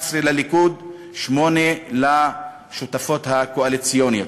11 לליכוד ושמונה לשותפות הקואליציוניות.